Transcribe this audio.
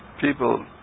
People